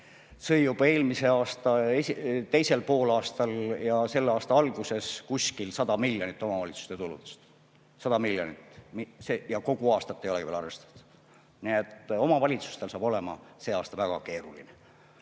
juba eelmise aasta teisel poolel ja selle aasta alguses kuskil 100 miljonit omavalitsuste tuludest. 100 miljonit! Ja kogu aastat ei olegi veel arvestatud. Nii et omavalitsustel saab olema see aasta väga keeruline.